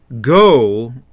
Go